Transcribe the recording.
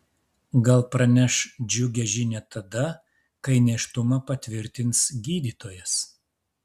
gal praneš džiugią žinią tada kai nėštumą patvirtins gydytojas